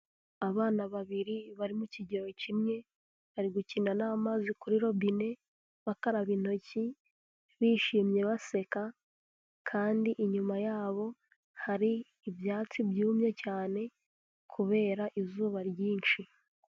Abana babiri bari mu kigero kimwe bari gukina n'amazi kuri robine bakaraba intoki, bishimye baseka kandi inyuma yabo hari ibyatsi byumye cyane kubera izuba ryinshi.